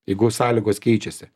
jeigu sąlygos keičiasi